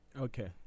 Okay